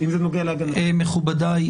מכובדיי,